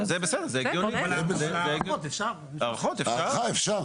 הארכה אפשר.